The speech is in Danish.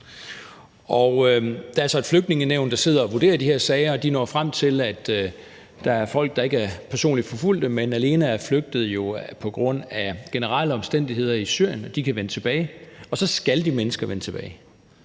der er så et Flygtningenævn, der sidder og vurderer de her sager, og de når frem til, at der er folk, der ikke er personligt forfulgt, men alene er flygtet på grund af generelle omstændigheder i Syrien, og de kan vende tilbage, og så skal de mennesker vende tilbage.